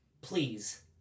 Please